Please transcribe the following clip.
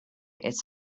it’s